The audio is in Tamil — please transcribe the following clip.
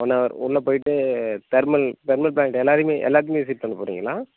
ஒன் ஹவர் உள்ள போய்டு தெர்மல் தெர்மல் பிளான்ட் எல்லாரையுமே எல்லாத்தையுமே விசிட் பண்ணப் போகறீங்களா